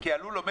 זה לול ישן.